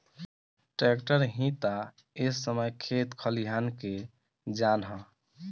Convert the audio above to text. tractor ही ता ए समय खेत खलियान के जान ह